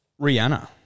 Rihanna